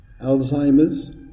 Alzheimer's